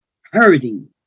hurting